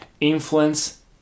influence